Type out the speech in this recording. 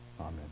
amen